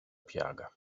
piaga